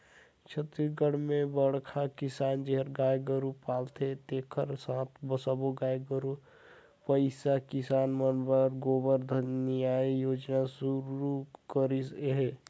छत्तीसगढ़ में बड़खा किसान जेहर गाय गोरू पालथे तेखर साथ मे सब्बो गाय गोरू पलइया किसान मन बर गोधन न्याय योजना सुरू करिस हे